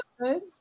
good